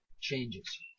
changes